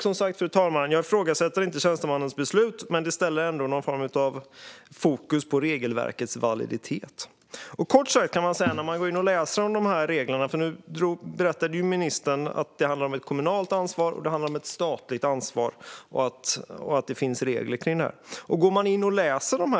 Som sagt, fru talman, ifrågasätter jag inte tjänstemannens beslut, men det riktar ändå någon form av fokus på regelverkets validitet. Nu berättade ministern att det handlar om ett kommunalt ansvar och ett statligt ansvar och att det finns regler kring detta.